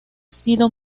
sido